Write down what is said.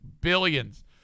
billions